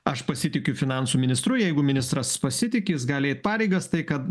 aš pasitikiu finansų ministru jeigu ministras pasitiki jis gali eit pareigas tai kad